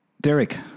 Derek